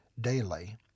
daily